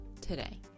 today